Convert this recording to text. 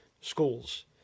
schools